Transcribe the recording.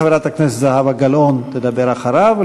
חברת הכנסת זהבה גלאון תדבר אחריו,